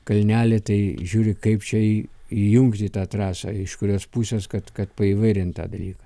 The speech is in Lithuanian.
kalnelį tai žiūri kaip čia įjungt į tą trasą iš kurios pusės kad kad paįvairint tą dalyką